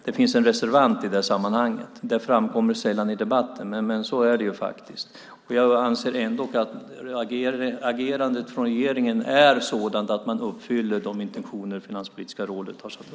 Det finns en reservant i det sammanhanget. Det framkommer sällan i debatten, men så är det faktiskt. Jag anser ändock att agerandet från regeringen är sådant att man uppfyller de intentioner som Finanspolitiska rådet har haft.